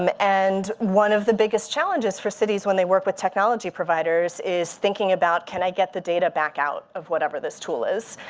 um and one of the biggest challenges for cities when they work with technology providers is thinking about, can i get the data back out of whatever this tool is?